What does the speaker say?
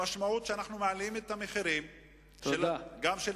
המשמעות היא שאנחנו מעלים את המחירים של הדלקים.